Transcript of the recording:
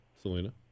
Selena